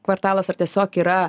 kvartalas ar tiesiog yra